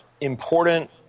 important